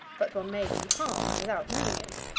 but one may be harmed without knowing it.